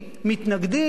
מתנגדים.